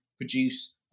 produce